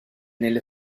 nelle